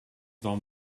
dan